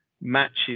matches